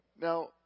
Now